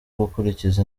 gukurikiza